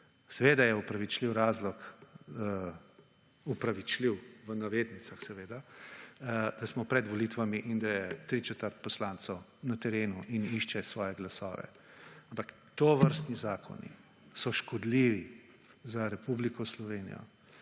Seveda je opravičljiv razlog, opravičljiv v navednicah seveda, da smo pred volitvami in da je tričetrt poslancev na terenu in išče svoje glasove. Ampak tovrstni zakoni so škodljivi za Republiko Slovenije